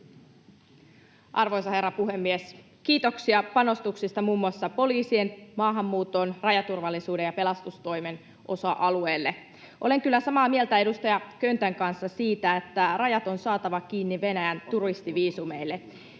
Arvoisa herra puhemies! Kiitoksia panostuksista muun muassa poliisin, maahanmuuton, rajaturvallisuuden ja pelastustoimen osa-alueille. Olen kyllä samaa mieltä edustaja Köntän kanssa siitä, että rajat on saatava kiinni Venäjän turistiviisumeille.